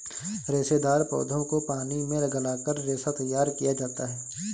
रेशेदार पौधों को पानी में गलाकर रेशा तैयार किया जाता है